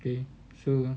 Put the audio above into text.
okay so